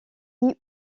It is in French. lee